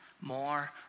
more